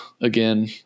again